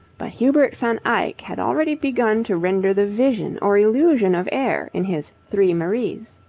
but hubert van eyck had already begun to render the vision or illusion of air in his three maries